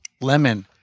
lemon